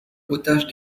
otage